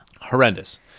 Horrendous